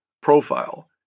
profile